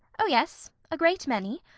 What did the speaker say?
oh! yes! a great many.